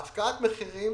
הפקעת מחירים